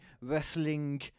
wrestling